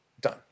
Done